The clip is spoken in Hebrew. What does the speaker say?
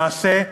למעשה,